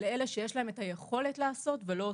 על אלה שיש להם היכולת לעשות ולא עושים.